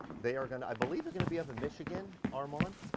they are gonna, i believe they're gonna be up in michigan. armand?